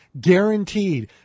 guaranteed